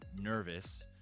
nervous